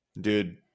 dude